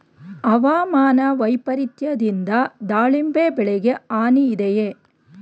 ಹವಾಮಾನ ವೈಪರಿತ್ಯದಿಂದ ದಾಳಿಂಬೆ ಬೆಳೆಗೆ ಹಾನಿ ಇದೆಯೇ?